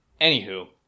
Anywho